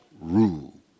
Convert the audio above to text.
rule